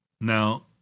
Now